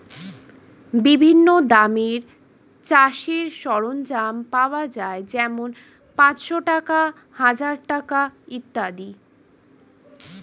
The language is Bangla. বিভিন্ন দামের চাষের সরঞ্জাম পাওয়া যায় যেমন পাঁচশ টাকা, হাজার টাকা ইত্যাদি